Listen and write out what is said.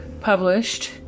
published